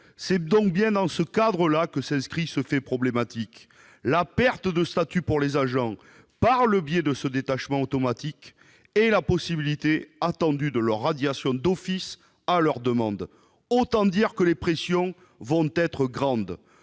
C'est bien dans ce cadre-là que s'inscrit ce fait problématique : la perte de statut des agents par le biais de ce détachement automatique et leur éventuelle radiation d'office, à leur demande. Autant dire que les pressions vont être fortes